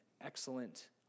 excellent